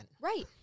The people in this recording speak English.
Right